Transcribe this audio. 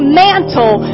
mantle